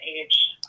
age